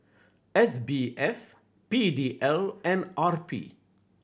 S B F P D L and R P